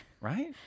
Right